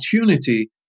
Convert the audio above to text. opportunity